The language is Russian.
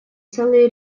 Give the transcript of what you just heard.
целый